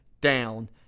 down